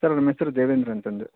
sir ನಮ್ಮ ಹೆಸ್ರು ದೇವೇಂದ್ರ ಅಂತ ಅಂದು